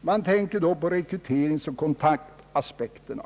Man tänker där på rekryteringsoch kontaktaspekterna.